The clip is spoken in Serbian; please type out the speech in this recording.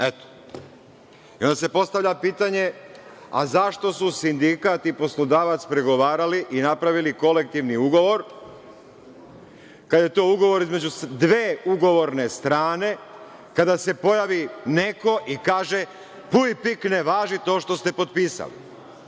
onda se postavlja pitanje, a zašto su sindikat i poslodavac pregovarali i napravili kolektivni ugovor kada je to ugovor između dve ugovorne strane, kada se pojavi neko i kaže – puj pike ne važi to što ste potpisali.